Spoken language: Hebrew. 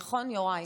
נכון, יוראי?